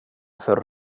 för